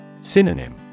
Synonym